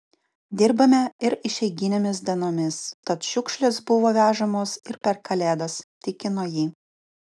dirbame ir išeiginėmis dienomis tad šiukšlės buvo vežamos ir per kalėdas tikino ji